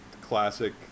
classic